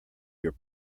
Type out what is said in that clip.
your